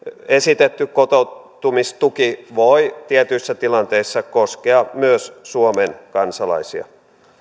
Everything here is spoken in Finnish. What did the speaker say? esitetty kotoutumistuki voi tietyissä tilanteissa koskea myös suomen kansalaisia